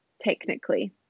technically